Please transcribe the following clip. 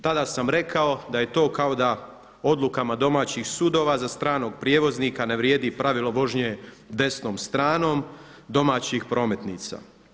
Tada sam rekao da je to kao da odlukama domaćih sudova za stranog prijevoznika ne vrijedi pravilo vožnje desnom stranom domaćih prometnica.